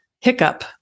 hiccup